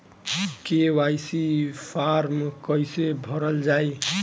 KYC form कइसे भरल जाइ?